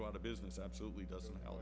go out of business absolutely doesn't el